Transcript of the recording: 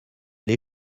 les